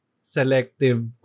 selective